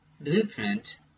blueprint